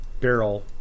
barrel